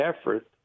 effort